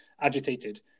agitated